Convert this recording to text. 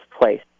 place